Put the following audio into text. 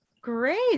Great